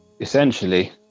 essentially